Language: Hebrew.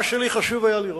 מה שהיה חשוב לי לראות,